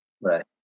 Right